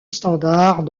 standard